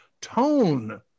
tone